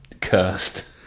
cursed